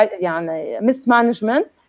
mismanagement